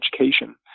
education